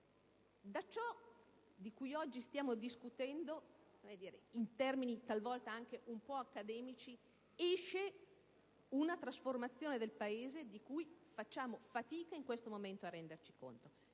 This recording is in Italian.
Da ciò, di cui oggi stiamo discutendo, in termini talvolta anche un po' accademici, esce una trasformazione del Paese, di cui facciamo fatica in questo momento a renderci conto.